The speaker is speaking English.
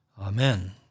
Amen